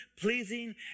pleasing